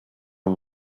are